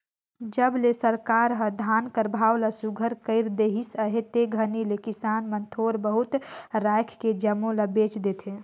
जब ले सरकार हर धान कर भाव ल सुग्घर कइर देहिस अहे ते घनी ले किसान मन थोर बहुत राएख के जम्मो ल बेच देथे